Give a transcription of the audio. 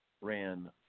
ran